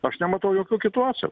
aš nematau jokių kitų atsa